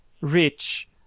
rich